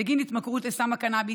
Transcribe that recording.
בגין התמכרות לסם קנביס,